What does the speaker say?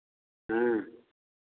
हाँ